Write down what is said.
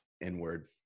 inward